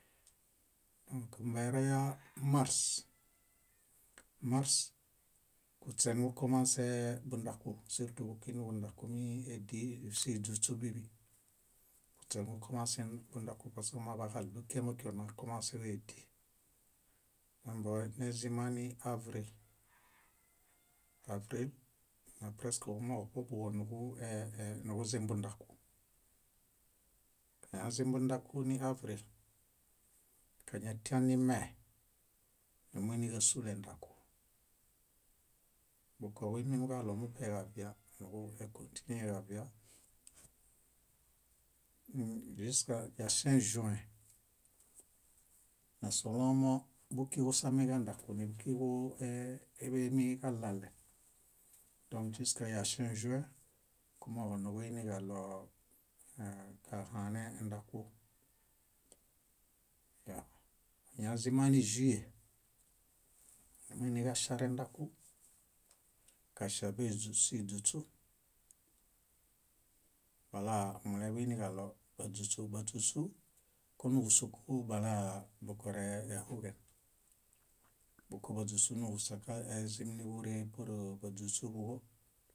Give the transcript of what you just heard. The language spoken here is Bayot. Dõk wombowaraya mars, mars kuśenuġukomãsee bundaku surtu bíkiġi nuġundaku édisiźuśubiḃi. Kuśe nuġukomãse bundaku pask omaḃaġaɭu kíamakio nakomãselo édi. Nimbenezimaniavril, avril napresk kumooġo ṗobuġo nuġuezimbundaku. Kañazimbundakuniavril, kañazinime, numuini kásul endaku. Bukoġuimiġaɭomuṗeġavia núġuekõtineġavia ĵuskayaŝẽĵuẽ, nasõlomo bukiġusamiġandaku nibukiġuḃemiġalalen dõk ĵuskayaŝẽĵuẽ kumooġo nuġuiniġaɭoo kahaneendaku. Eñazima níĵue, numuinikaŝiarendaku, kaŝia síźuśu balamuleḃuiniġaɭo báźuśu, báśuśu kónuġusuku balabukorehuġen. Búkobaźusu nuġusakaezim níḃuree púrḃaźusuḃuġo